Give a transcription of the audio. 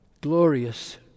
glorious